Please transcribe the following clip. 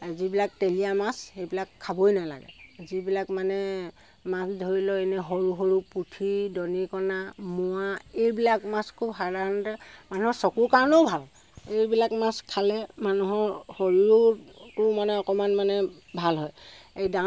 যিবিলাক তেলীয়া মাছ সেইবিলাক খাবই নালাগে যিবিলাক মানে মাছ ধৰিল এনেই সৰু সৰু পুঠি দনিকনা মোৱা এইবিলাক মাছ খুব সাধাৰণতে মানুহৰ চকুৰ কাৰণেও ভাল এইবিলাক মাছ খালে মানুহৰ শৰীৰটোও মানে অকমানে মানে ভাল হয় এই ডাঙৰ